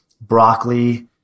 broccoli